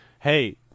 hey